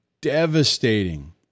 devastating